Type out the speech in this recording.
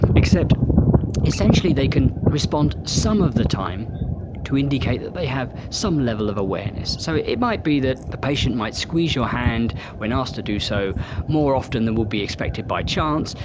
except essentially they can respond some of the time to indicate that they have some level of awareness. so it it might be that the patient might squeeze your hand when asked to do so more often than would be expected by chance,